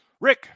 Rick